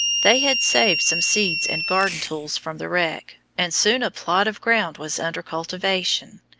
they had saved some seeds and garden tools from the wreck, and soon a plot of ground was under cultivation.